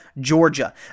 Georgia